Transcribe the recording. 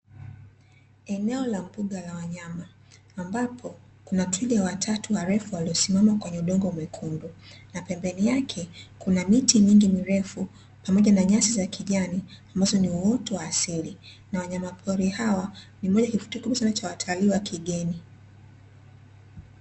Eneo la mbuga la wanyama, ambapo kuna twiga watatu warefu waliosimama kwenye udongo mwekundu, na pembeni yake, kuna miti mingi mirefu, pamoja na nyasi za kijani ambazo ni uoto wa asili, na wanyama pori hawa ni moja ya kivutio kikubwa sana cha watalii wa kigeni.